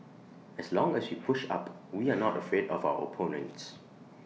as long as we push up we are not afraid of our opponents